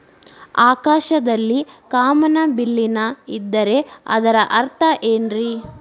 ಆಕಾಶದಲ್ಲಿ ಕಾಮನಬಿಲ್ಲಿನ ಇದ್ದರೆ ಅದರ ಅರ್ಥ ಏನ್ ರಿ?